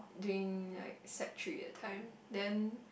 during like sec three that time then